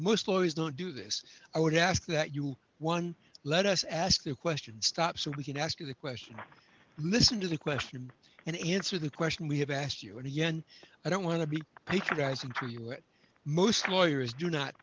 most lawyers don't do this i would ask that you one let us ask the questions stop so we can ask you the question listen to the question and answer the question we have asked you and yet i don't want to be patronizing for you it most lawyers do not